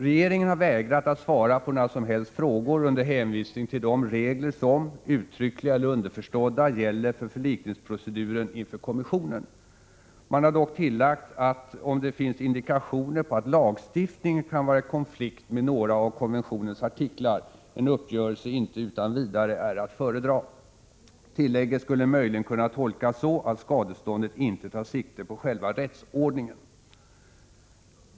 Regeringen har vägrat att svara på några som helst frågor under hänvisning till de regler som, uttryckliga eller underförstådda, gäller för förlikningsproceduren inför kommissionen. Man har dock tillagt att, om det finns indikationer på att lagstiftningen kan vara i konflikt med någon av konventionens artiklar, en uppgörelse inte utan vidare är att föredra. Tillägget skulle möjligen kunna tolkas så, att skadeståndet icke tar sikte på själva rättsordningen.